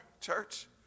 Church